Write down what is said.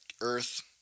earth